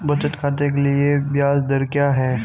बचत खाते के लिए ब्याज दर क्या है?